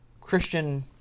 Christian